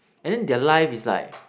and then their life is like